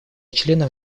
членов